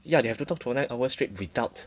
ya they have to talk for nine hours straight without